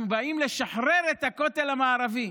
אנחנו באים לשחרר את הכותל המערבי.